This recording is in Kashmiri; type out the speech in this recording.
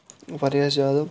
واریاہ زیادٕ